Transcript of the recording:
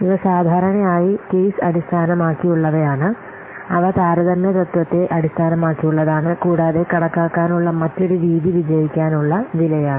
ഇവ സാധാരണയായി കേസ് അടിസ്ഥാനമാക്കിയുള്ളവയാണ് അവ താരതമ്യ തത്വത്തെ അടിസ്ഥാനമാക്കിയുള്ളതാണ് കൂടാതെ കണക്കാക്കാനുള്ള മറ്റൊരു രീതി വിജയിക്കാനുള്ള വിലയാണ്